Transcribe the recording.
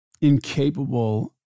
Incapable